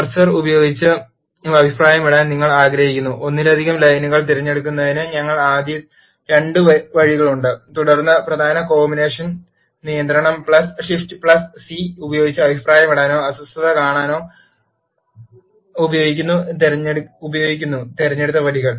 cursor ഉപയോഗിച്ച് അഭിപ്രായമിടാൻ നിങ്ങൾ ആഗ്രഹിക്കുന്ന ഒന്നിലധികം ലൈനുകൾ തിരഞ്ഞെടുക്കുന്നതിന് ഞങ്ങൾ ആദ്യം 2 വഴികളുണ്ട് തുടർന്ന് പ്രധാന കോമ്പിനേഷൻ നിയന്ത്രണം ഷിഫ്റ്റ് C ഉപയോഗിച്ച് അഭിപ്രായമിടാനോ അസ്വസ്ഥത കാണാനോ ഉപയോഗിക്കുന്നു തിരഞ്ഞെടുത്ത വരികൾ